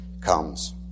comes